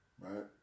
right